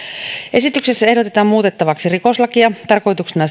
esityksessä ehdotetaan muutettavaksi rikoslakia tarkoituksena